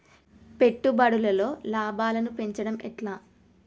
పెట్టుబడులలో లాభాలను పెంచడం ఎట్లా?